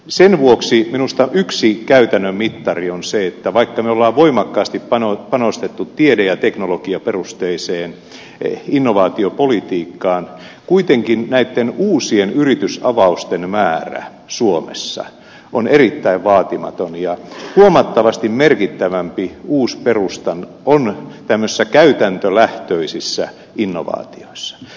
sen vuoksi minusta yksi käytännön mittari on se että vaikka me olemme voimakkaasti panostaneet tiede ja teknologiaperusteiseen innovaatiopolitiikkaan kuitenkin näiden uusien yritysavausten määrä suomessa on erittäin vaatimaton ja huomattavasti merkittävämpi uusperustanta on tämmöisissä käytäntölähtöisissä innovaatioissa